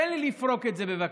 תן לי לפרוק את זה, בבקשה.